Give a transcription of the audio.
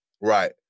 Right